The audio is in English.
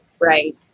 right